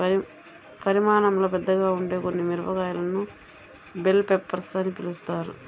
పరిమాణంలో పెద్దగా ఉండే కొన్ని మిరపకాయలను బెల్ పెప్పర్స్ అని పిలుస్తారు